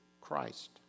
Christ